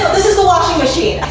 the washing machine.